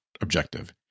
objective